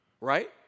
right